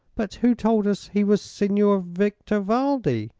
but who told us he was signor victor valdi,